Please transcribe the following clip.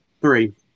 Three